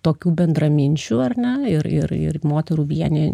tokių bendraminčių ar ne ir ir moterų vienija